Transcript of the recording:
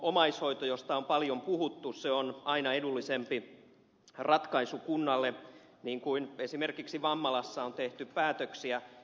omaishoito josta on paljon puhuttu on aina edullisempi ratkaisu kunnalle niin kuin esimerkiksi vammalassa on tehty päätöksiä